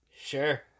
sure